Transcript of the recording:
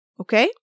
Okay